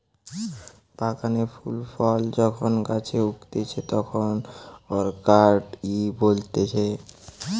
বাগানে ফুল ফল যখন গাছে উগতিচে তাকে অরকার্ডই বলতিছে